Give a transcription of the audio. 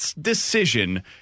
decision